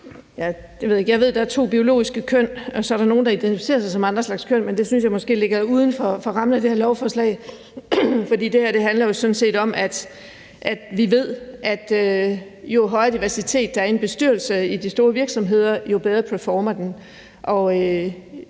Jeg ved, der er to biologiske køn, og så er der nogle, der identificerer sig som andre slags køn, men det synes jeg måske ligger uden for rammen af det her lovforslag. For det her handler sådan set om, at vi ved, at jo højere diversitet der er i en bestyrelse i de store virksomheder, jo bedre performer den. Og